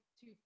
two